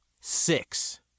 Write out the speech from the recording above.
six